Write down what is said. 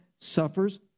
suffers